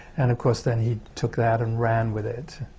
and of course, then he took that and ran with it.